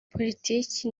politiki